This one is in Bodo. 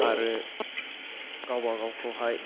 आरो गावबागावखौहाय